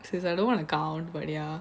sis I don't wanna count but ya